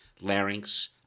larynx